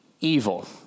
evil